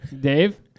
Dave